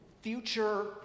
future